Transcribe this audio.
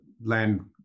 Land